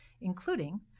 including